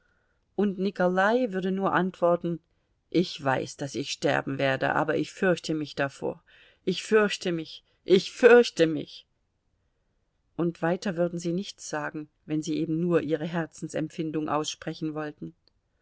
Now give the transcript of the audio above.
und nikolai würde nur antworten ich weiß daß ich sterben werde aber ich fürchte mich davor ich fürchte mich ich fürchte mich und weiter würden sie nichts sagen wenn sie eben nur ihre herzensempfindung aussprechen wollten